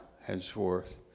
henceforth